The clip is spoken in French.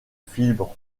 fibres